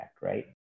right